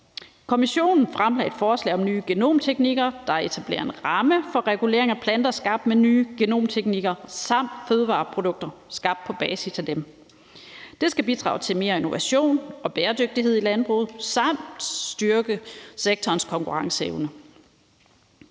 Kommissionen fremlagde et forslag om nye genomteknikker, der etablerer en ramme for regulering af planter skabt med nye genomteknikker samt fødevareprodukter skabt på basis af dem. Det skal bidrage til mere innovation og bæredygtighed i landbruget samt styrke sektorens konkurrenceevne.